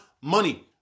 money